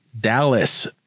Dallas